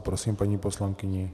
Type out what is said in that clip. Prosím, paní poslankyně.